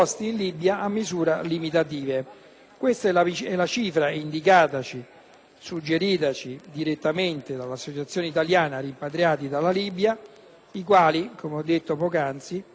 suggeritaci direttamente dall'Associazione italiana rimpatriati dalla Libia, i quali - come ho detto poc'anzi sempre sostenendo l'emendamento del collega Perduca